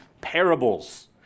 parables